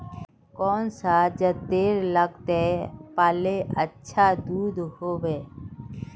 कौन सा जतेर लगते पाल्ले अच्छा दूध होवे?